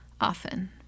often